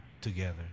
together